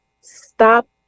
stop